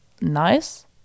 nice